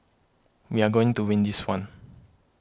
we are going to win this one